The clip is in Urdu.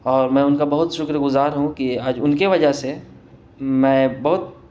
اور میں ان کا بہت شکر گزار ہوں کہ آج ان کے وجہ سے میں بہت